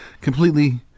completely